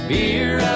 Beer